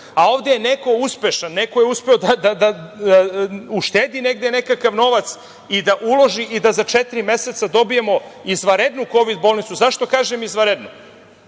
je neko uspešan, neko je uspeo da uštedi negde nekakav novac i da uloži i da za četiri meseca dobijemo izvanrednu kovid bolnicu. Zašto kažem izvanrednu?